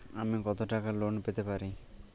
আমি কত টাকা লোন পেতে পারি?